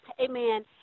Amen